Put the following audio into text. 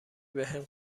بهم